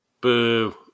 boo